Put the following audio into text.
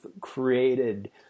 created